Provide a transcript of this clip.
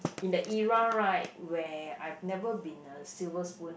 in the era right where I've never been a silver spoon